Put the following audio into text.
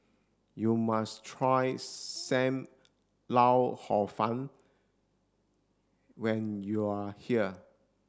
you must try sam lau hor fun when you are here